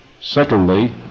Secondly